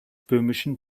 böhmischen